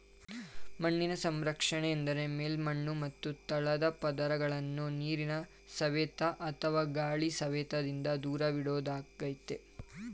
ಮಣ್ಣಿನ ಸಂರಕ್ಷಣೆ ಎಂದರೆ ಮೇಲ್ಮಣ್ಣು ಮತ್ತು ತಳದ ಪದರಗಳನ್ನು ನೀರಿನ ಸವೆತ ಅಥವಾ ಗಾಳಿ ಸವೆತದಿಂದ ದೂರವಿಡೋದಾಗಯ್ತೆ